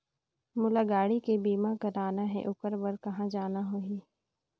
मोला गाड़ी के बीमा कराना हे ओकर बार कहा जाना होही?